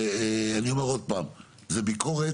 אני אומר עוד פעם, זה ביקורת